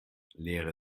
leere